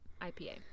IPA